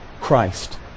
Christ